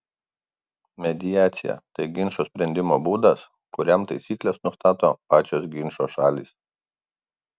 mediacija tai ginčo sprendimo būdas kuriam taisykles nustato pačios ginčo šalys